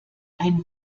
ein